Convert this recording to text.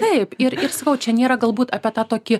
taip ir ir sakau čia nėra galbūt apie tą tokį